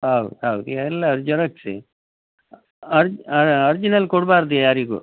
ಹೌದು ಹೌದು ಎಲ್ಲ ಜೆರಾಕ್ಸೇ ಅರ್ಜಿನಲ್ ಕೊಡ್ಬಾರ್ದು ಯಾರಿಗೂ